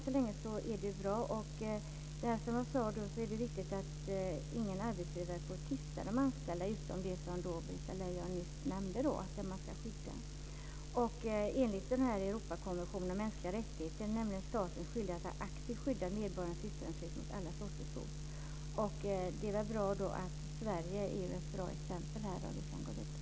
Som jag sade är det viktigt att ingen arbetsgivare får tysta de anställda, utom när det gäller det som Britta Lejon nyss nämnde om sekretesskydd. Enligt Europakonventionen om mänskliga rättigheter är staten skyldig att aktivt skydda medborgarnas yttrandefrihet mot alla sorters hot. Det är bra om Sverige kan vara ett gott exempel och om vi kan gå vidare.